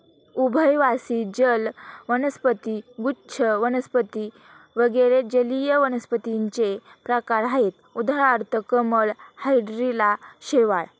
उभयवासी जल वनस्पती, गुच्छ वनस्पती वगैरे जलीय वनस्पतींचे प्रकार आहेत उदाहरणार्थ कमळ, हायड्रीला, शैवाल